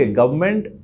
government